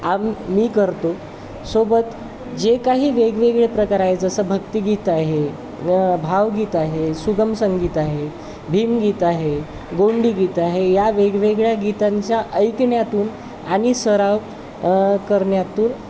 आम मी करतो सोबत जे काही वेगवेगळे प्रकार आहे जसं भक्तिगीत आहे भावगीत आहे सुगम संगीत आहे भीमगीत आहे गोंडीगीत आहे या वेगवेगळ्या गीतांच्या ऐकण्यातून आणि सराव करण्यातून